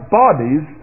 bodies